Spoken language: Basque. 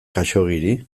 khaxoggiri